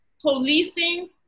policing